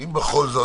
אם בכל זאת,